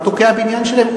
תוקע בניין שלם.